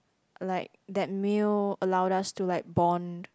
like that meal allowed us to like bond